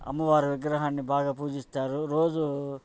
అమ్మవారి విగ్రహాన్ని బాగా పూజిస్తారు రోజు